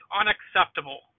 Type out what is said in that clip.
unacceptable